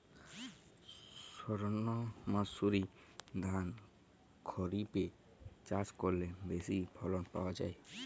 সর্ণমাসুরি ধান খরিপে চাষ করলে বেশি ফলন পাওয়া যায়?